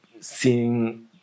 Seeing